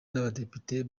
n’abadepite